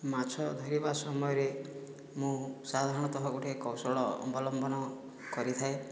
ମାଛ ଧରିବା ସମୟରେ ମୁଁ ସାଧାରଣତଃ ଗୋଟିଏ କୌଶଳ ଅବଲମ୍ବନ କରିଥାଏ